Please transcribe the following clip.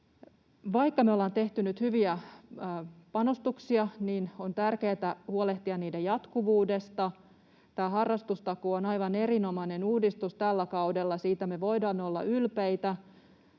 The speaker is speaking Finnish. Vaikka me ollaan tehty nyt hyviä panostuksia, niin on tärkeätä huolehtia niiden jatkuvuudesta. Tämä harrastustakuu on aivan erinomainen uudistus tällä kaudella. Siitä me voidaan olla ylpeitä.